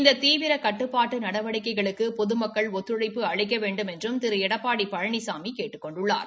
இந்த தீவிர கட்டுப்பாட்டு நடவடிக்கைகளுக்கு பொதுமக்கள் ஒத்துழைப்பு அளிக்க வேண்டுமென்றும் திரு எடப்பாடி பழனிசாமி கேட்டுக் கொண்டுள்ளார்